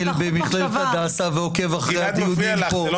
זה לא